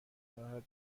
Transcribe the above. ناراحت